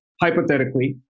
hypothetically